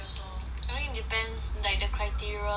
I mean depends like the criteria lor